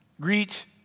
greet